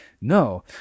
No